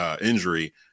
injury